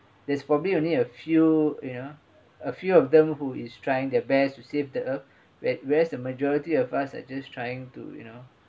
there's probably only a few you know a few of them who is trying their best to save the earth where whereas the majority of us are just trying to you know